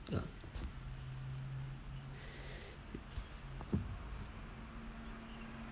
ya